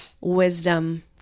wisdom